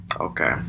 Okay